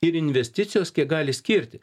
ir investicijos kiek gali skirti